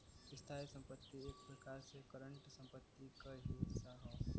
स्थायी संपत्ति एक प्रकार से करंट संपत्ति क ही हिस्सा हौ